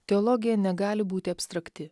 teologija negali būti abstrakti